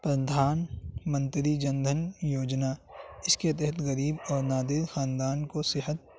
پردھان منتری جن دھن یوجنا اس کے تحت غریب اور نادر خاندان کو صحت